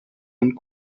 und